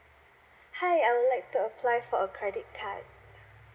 hi I would like to apply for a credit card